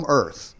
earth